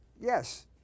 Yes